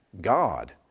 God